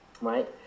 Right